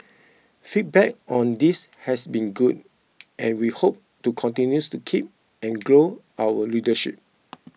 feedback on this has been good and we hope to continues to keep and grow our readership